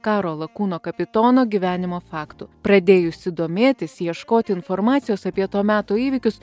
karo lakūno kapitono gyvenimo faktų pradėjusi domėtis ieškoti informacijos apie to meto įvykius